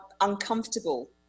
uncomfortable